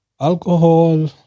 alcohol